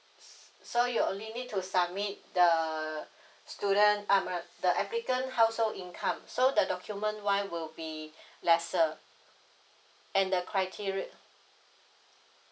so you only need to submit the student I'm uh the applicant household income so the document one will be lesser and the criteria